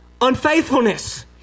unfaithfulness